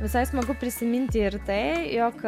visai smagu prisiminti ir tai jog